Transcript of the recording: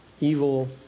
evil